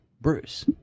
Bruce